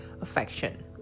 affection